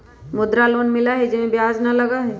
मुद्रा लोन मिलहई जे में ब्याज न लगहई?